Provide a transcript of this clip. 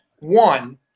One